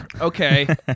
Okay